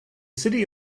city